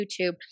YouTube